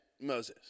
Moses